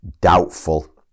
doubtful